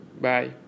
Bye